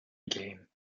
game